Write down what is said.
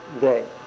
day